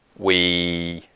we,